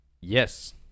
Yes